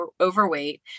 overweight